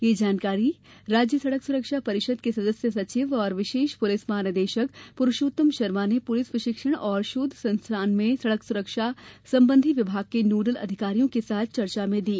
यह जानकारी राज्य सड़क सुरक्षा परिषद के सदस्य सचिव और विशेष पुलिस महानिदेशक पुरुषोत्तम शर्मा ने पुलिस प्रशिक्षण एवं शोध संस्थान में सड़क सुरक्षा संबंधी विभाग के नोडल अधिकारियों के साथ चर्चा में दी